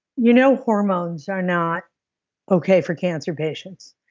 you know hormones are not okay for cancer patients.